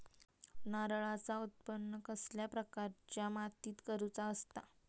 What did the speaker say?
नारळाचा उत्त्पन कसल्या प्रकारच्या मातीत करूचा असता?